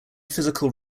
physical